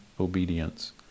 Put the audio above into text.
obedience